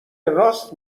راست